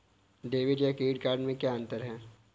Debit या credit card में क्या अन्तर है?